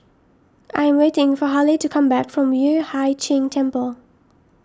I am waiting for Halle to come back from Yueh Hai Ching Temple